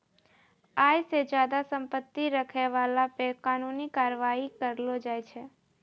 आय से ज्यादा संपत्ति रखै बाला पे कानूनी कारबाइ करलो जाय छै